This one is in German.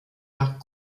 nach